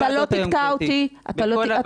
גברתי --- אתה לא תקטע אותי --- בכל הועדות